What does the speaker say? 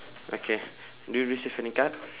okay do you receive any card